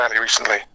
recently